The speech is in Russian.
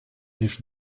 лишь